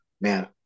man